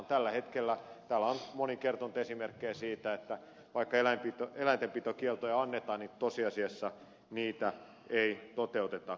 täällä on moni kertonut esimerkkejä siitä että vaikka eläintenpitokieltoja annetaan niin tosiasiassa niitä ei toteuteta